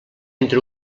entre